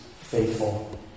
faithful